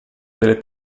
delle